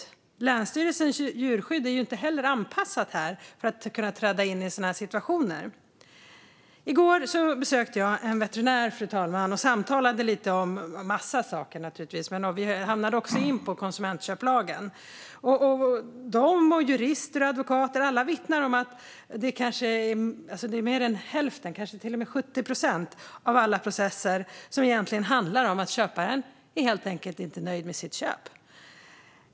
Inte heller länsstyrelsens djurskydd är anpassat för att kunna träda in i sådana här situationer. I går besökte jag en veterinär, fru talman. Vi samtalade naturligtvis om en massa saker, men vi kom också in på konsumentköplagen. Veterinärer, jurister och advokater - alla vittnar om att mer än hälften, kanske till och med 70 procent, av alla processer egentligen handlar om att köparen helt enkelt inte är nöjd med sitt köp.